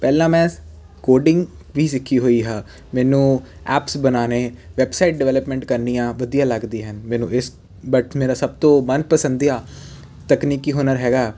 ਪਹਿਲਾਂ ਮੈਂ ਕੋਡਿੰਗ ਵੀ ਸਿੱਖੀ ਹੋਈ ਹੈ ਮੈਨੂੰ ਐਪਸ ਬਣਾਉਣੇ ਵੈਬਸਾਈਟ ਡਿਵੈਲਪਮੈਂਟ ਕਰਨੀਆਂ ਵਧੀਆ ਲੱਗਦੀ ਹੈ ਮੈਨੂੰ ਇਸ ਬਟ ਮੇਰਾ ਸਭ ਤੋਂ ਮਨ ਪਸੰਦੀਦਾ ਤਕਨੀਕੀ ਹੁਨਰ ਹੈਗਾ